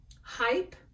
hype